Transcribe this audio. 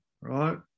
right